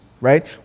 right